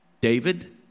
David